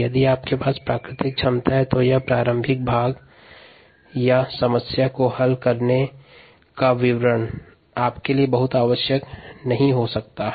यदि आपके पास प्राकृतिक क्षमता है तो यह प्रारंभिक भाग समस्या को हल करने का विवरण है